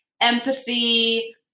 empathy